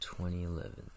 2011